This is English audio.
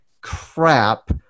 crap